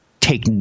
Take